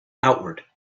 outward